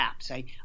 apps